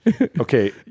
Okay